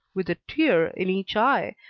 with a tear in each eye,